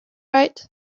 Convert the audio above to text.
right